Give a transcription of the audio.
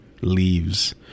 leaves